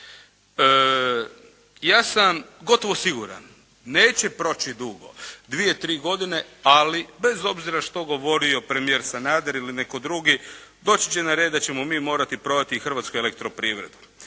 Ja sam gotovo siguran, neće proći dugo, dvije tri godine ali bez obzira što govorio premijer Sanader ili netko drugi doći će na red da ćemo mi morati prodati i Hrvatsku elektroprivredu